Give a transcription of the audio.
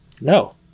No